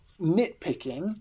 nitpicking